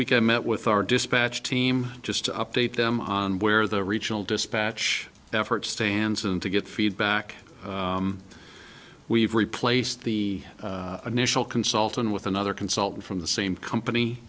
week i met with our dispatch team just to update them on where the regional dispatch efforts stands and to get feedback we've replaced the initial consult on with another consultant from the same company